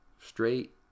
straight